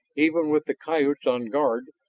even with the coyotes on guard,